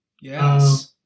Yes